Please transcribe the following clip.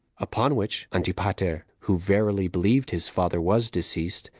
upon which antipater, who verily believed his father was deceased,